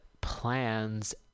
plans